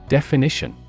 Definition